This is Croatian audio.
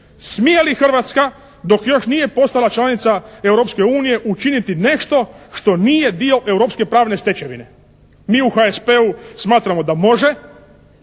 smije li Hrvatska dok još nije postala članica Europske unije učiniti nešto što nije dio europske pravne stečevine? Mi u HSP-u smatramo da može